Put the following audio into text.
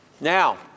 Now